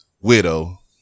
widow